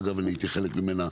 ואגב אני הייתי חלק ממנה,